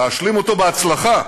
להשלים אותו בהצלחה,